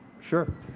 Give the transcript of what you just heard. Sure